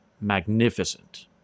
Magnificent